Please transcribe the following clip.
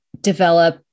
develop